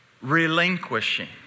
relinquishing